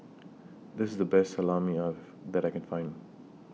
This IS The Best Salami that I Can Find